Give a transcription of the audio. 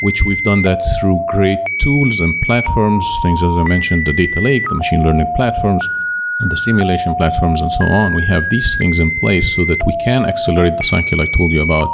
which we've done that through great tools and platforms, things as i mentioned the data lake, the machine learning platforms and the simulation platforms and so on. we have these things in place, so that we can accelerate the cycle i told you about